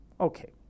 Okay